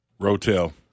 Rotel